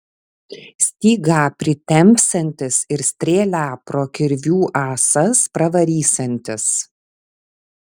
stygą pritempsiantis ir strėlę pro kirvių ąsas pravarysiantis